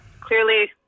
Clearly